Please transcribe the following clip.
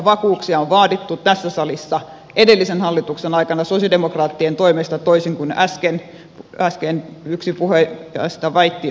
vakuuksia on vaadittu tässä salissa edellisen hallituksen aikana sosialidemokraattien toimesta toisin kuin äsken yksi puhujista väitti jotain toista